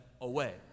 away